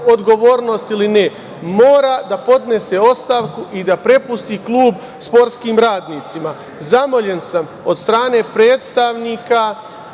odgovornost ili ne, mora da podnese ostavku i da prepusti klub sportskim radnicima. Zamoljen sam od strane predstavnika